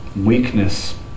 weakness